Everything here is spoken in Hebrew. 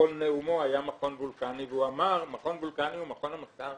בכל נאומו היה מכון וולקני והוא אמר שמכון וולקני הוא מכון המחקר